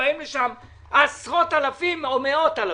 ובאים לשם עשרות אלפים או מאות אלפים.